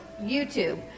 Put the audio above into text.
YouTube